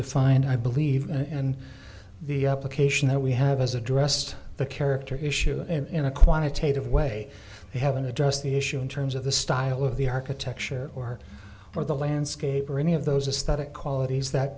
defined i believe and the application that we have has addressed the character issue in a quantitative way we haven't addressed the issue in terms of the style of the architecture or or the landscape or any of those a static qualities that